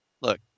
look